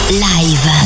live